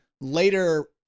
later